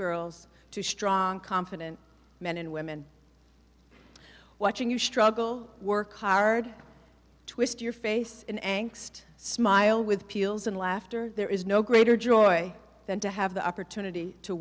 girls to strong confident men and women watching you struggle work hard twist your face an angsty smile with peels and laughter there is no greater joy than to have the opportunity to